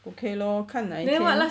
okay lor 看哪一天